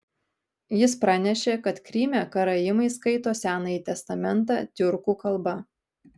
jis pranešė kad kryme karaimai skaito senąjį testamentą tiurkų kalba